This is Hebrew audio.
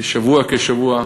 שבוע בשבוע,